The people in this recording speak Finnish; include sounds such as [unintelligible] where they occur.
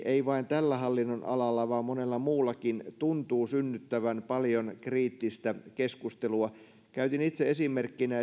ei vain tällä hallinnonalalla vaan monella muullakin tuntuu minun mielestäni synnyttävän paljon kriittistä keskustelua käytin itse esimerkkinä [unintelligible]